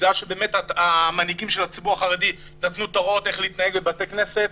בגלל שהמנהיגים של הציבור החרדי נתנו את ההוראות איך להתנהג בבתי כנסת,